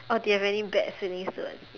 or do you have any bad feelings towards me